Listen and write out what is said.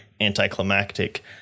anticlimactic